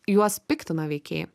juos piktina veikėjai